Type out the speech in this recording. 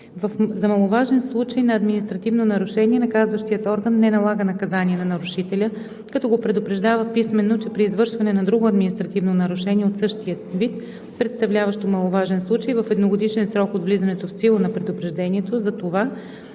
За маловажен случай на административно нарушение наказващият орган не налага наказание на нарушителя, като го предупреждава писмено, че при извършване на друго административно нарушение от същия вид, представляващо маловажен случай, в едногодишен срок от влизането в сила на предупреждението, за това